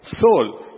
Soul